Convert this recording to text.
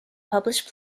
published